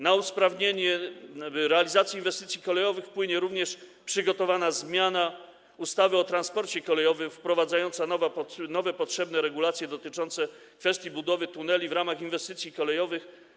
Na usprawnienie realizacji inwestycji kolejowych wpłynie również przygotowana zmiana ustawy o transporcie kolejowym wprowadzająca nowe, potrzebne regulacje dotyczące kwestii budowy tuneli w ramach inwestycji kolejowych.